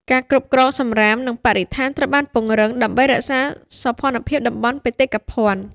ការគ្រប់គ្រងសំរាម និងបរិស្ថានត្រូវបានពង្រឹងដើម្បីរក្សាសោភ័ណភាពតំបន់បេតិកភណ្ឌ។